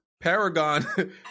paragon